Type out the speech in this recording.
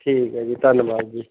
ਠੀਕ ਹੈ ਜੀ ਧੰਨਵਾਦ ਜੀ